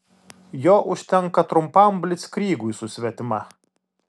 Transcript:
jo užtenka trumpam blickrygui su svetima